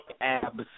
Abs